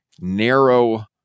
narrow